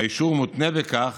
האישור מותנה בכך